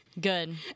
good